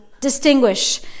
distinguish